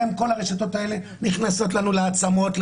כל הרשתות האלה נכנסות לנו לעצמות,